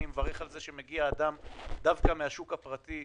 אני מברך על זה שמגיע אדם דווקא מהשוק הפרטי.